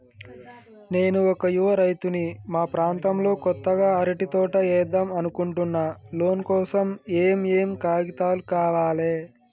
నేను ఒక యువ రైతుని మా ప్రాంతంలో కొత్తగా అరటి తోట ఏద్దం అనుకుంటున్నా లోన్ కోసం ఏం ఏం కాగితాలు కావాలే?